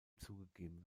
zugegeben